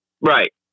Right